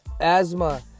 asthma